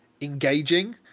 engaging